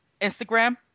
instagram